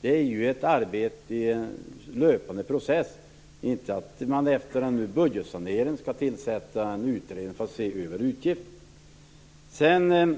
Det är ju ett arbete i en löpande process. Inte skall man efter en budgetsanering tillsätta en utredning för att se över utgifterna.